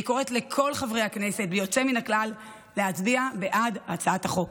אני קוראת לכל חברי הכנסת בלי יוצא מן הכלל להצביע בעד הצעת החוק.